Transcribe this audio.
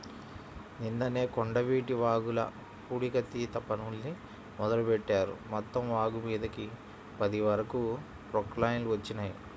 నిన్ననే కొండవీటి వాగుల పూడికతీత పనుల్ని మొదలుబెట్టారు, మొత్తం వాగుమీదకి పది వరకు ప్రొక్లైన్లు వచ్చినియ్యి